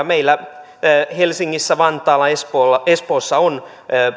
meillä helsingissä vantaalla espoossa espoossa on